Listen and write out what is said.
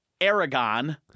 Aragon